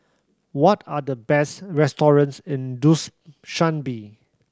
what are the best restaurants in